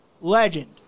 Legend